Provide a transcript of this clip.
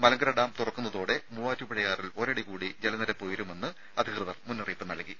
Malankara dam തുറക്കുന്നതോടെ മൂവാറ്റുപുഴയാറിൽ ഒരടി കൂടി ജലനിരപ്പ് ഉയരുമെന്ന് അധിക്വതർ മുന്നറിയിപ്പ് നൽകി